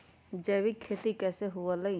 जैविक खेती कैसे हुआ लाई?